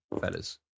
fellas